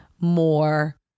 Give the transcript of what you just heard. more